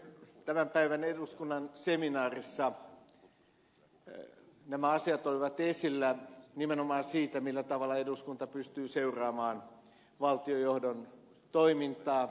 tämän päivän eduskunnan seminaarissa nämä asiat olivat esillä nimenomaan se millä tavalla eduskunta pystyy seuraamaan valtionjohdon toimintaa